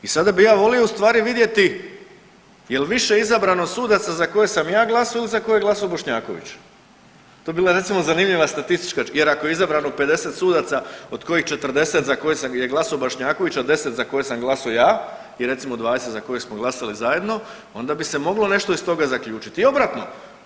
I sada bi ja volio ustvari vidjeti jel više izabrano sudaca za koje sam ja glasao ili za koje je glasao Bošnjaković, to bi bila recimo zanimljiva statistička jer ako je izabrano 50 sudaca od kojih 40 za koje je glasao Bošnjaković, a 10 za koje sam glasao ja i recimo 20 za koje smo glasali zajedno onda bi se moglo nešto iz toga zaključiti i obratno.